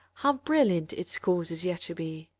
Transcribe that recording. how brilliant its course is yet to be,